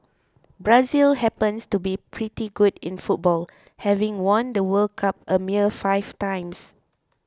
Brazil happens to be pretty good in football having won the World Cup a mere five times